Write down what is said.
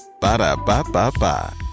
Ba-da-ba-ba-ba